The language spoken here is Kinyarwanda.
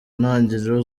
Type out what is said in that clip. ntangiriro